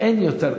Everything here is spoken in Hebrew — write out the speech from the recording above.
אין יותר.